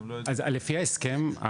אז לפי ההסכם,